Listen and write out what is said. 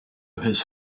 his